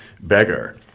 beggar